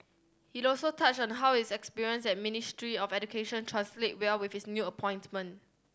he also touched on how his experience at Ministry of Education translate well with his new appointment